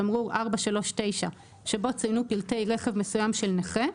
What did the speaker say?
תמרור 439 שבו צוינו פרטי רכב מסוים של נכה,